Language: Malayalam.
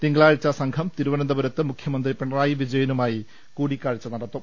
തിങ്കളാഴ്ച സംഘം തിരുവനന്തപുരത്ത് മുഖ്യമന്ത്രി പിണ റായി വിജയനുമായി കൂടിക്കാഴ്ച നടത്തും